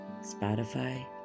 Spotify